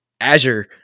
Azure